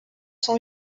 son